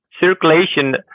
Circulation